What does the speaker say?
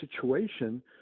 situation